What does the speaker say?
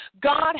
God